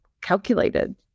calculated